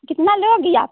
कितना लोगी आप